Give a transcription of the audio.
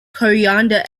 coriander